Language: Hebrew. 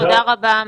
תודה רבה.